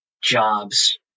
jobs